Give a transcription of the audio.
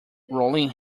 rolling